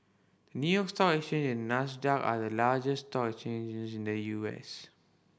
New York Stock Exchange and Nasdaq are the largest stock exchanges in the U S